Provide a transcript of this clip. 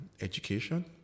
education